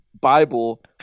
Bible